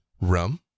rum